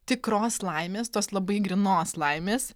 tikros laimės tos labai grynos laimės